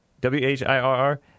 W-H-I-R-R